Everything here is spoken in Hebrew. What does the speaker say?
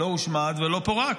לא הושמד ולא פורק.